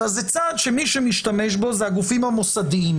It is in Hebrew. אלא זה צעד שמי שמשתמש בו אלה הגופים המוסדיים.